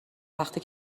وقتی